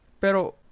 pero